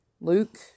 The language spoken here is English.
Luke